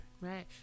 Right